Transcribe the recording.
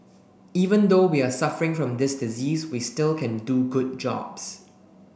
even though we are suffering from this disease we still can do good jobs